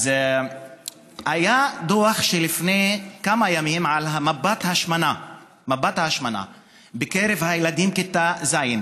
היה דוח לפני כמה ימים על מפת ההשמנה בקרב הילדים בכיתה ז'.